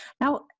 Now